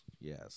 Yes